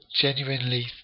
genuinely